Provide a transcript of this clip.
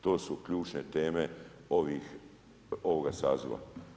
To su ključne teme ovoga saziva.